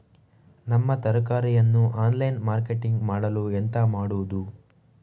ನಮ್ಮ ತರಕಾರಿಯನ್ನು online marketing ಮಾಡಲು ಎಂತ ಮಾಡುದು?